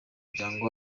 muryango